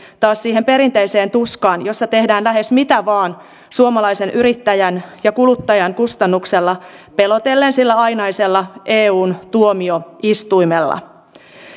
taas siihen perinteiseen tuskaan jossa tehdään lähes mitä vain suomalaisen yrittäjän ja kuluttajan kustannuksella pelotellen sillä ainaisella eun tuomioistuimella